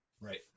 Right